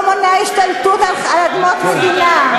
לא מונע השתלטות על אדמות מדינה.